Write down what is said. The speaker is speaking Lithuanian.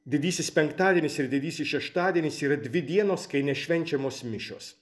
didysis penktadienis ir didysis šeštadienis yra dvi dienos kai nešvenčiamos mišios